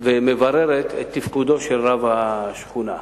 ומבררת את תפקודו של רב השכונה.